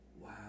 Wow